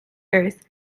earth